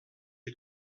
les